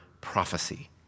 prophecy